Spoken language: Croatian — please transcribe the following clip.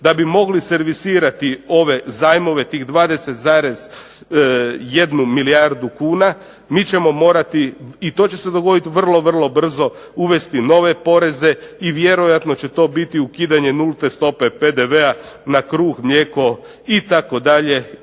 da bi mogli servisirati ove zajmove, tih 20,1 milijardu kuna mi ćemo morati, i to će se dogoditi vrlo vrlo brzo, uvesti nove poreze i vjerojatno će to biti ukidanje nulte stope PDV-a na kruh, mlijeko itd.,